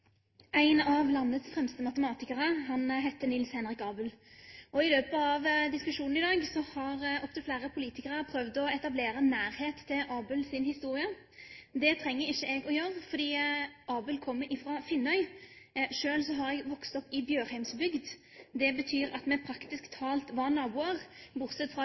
En av landets fremste matematikere het Niels Henrik Abel. I løpet av diskusjonen i dag har opptil flere politikere prøvd å etablere nærhet til Abels historie. Det trenger ikke jeg å gjøre, for Abel kom fra Finnøy, og selv er jeg oppvokst i Bjørheimsbygd. Det betyr at vi praktisk talt var naboer, bortsett fra